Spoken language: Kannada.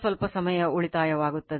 ನಂತರ ಸ್ವಲ್ಪ ಸಮಯ ಉಳಿತಾಯವಾಗುತ್ತದೆ